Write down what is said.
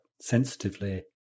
sensitively